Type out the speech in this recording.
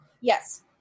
Yes